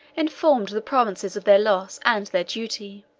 informed the provinces of their loss and their duty.